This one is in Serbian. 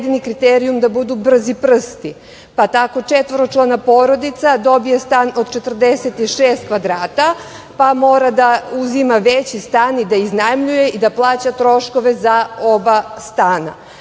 jedni kriterijumi da budu brzi prsti, pa tako četvoročlana porodica dobije stan od 46 kvadrata, pa mora da uzima veći stan i da iznajmljuje i da plaća troškove za oba stana.